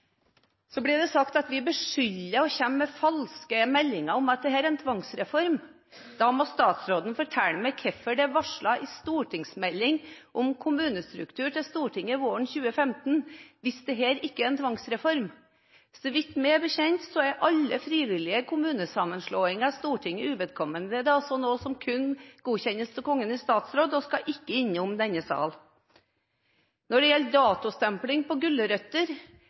Det blir sagt at vi beskylder og kommer med falske meldinger om at dette er en tvangsreform. Hvis dette ikke er en tvangsreform, må statsråden fortelle meg hvorfor det er varslet i stortingsmeldingen om kommunestruktur som Stortinget skal behandle våren 2017. Så vidt meg bekjent, er alle frivillige kommunesammenslåinger Stortinget uvedkommende, og det er også noe som kun godkjennes av Kongen i statsråd, og skal ikke innom denne sal. Når det gjelder datostempling på gulrøtter,